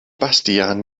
bastian